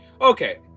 Okay